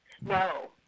No